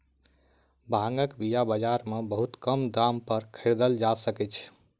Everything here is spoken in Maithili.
भांगक बीया बाजार में बहुत कम दाम पर खरीदल जा सकै छै